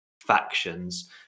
factions